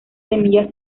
semillas